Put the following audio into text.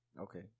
Okay